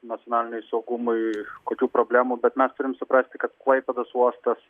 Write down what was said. nacionaliniui saugumui kokių problemų bet mes turim suprasti kad klaipėdos uostas